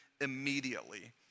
immediately